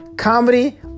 Comedy